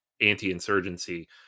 anti-insurgency